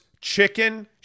chicken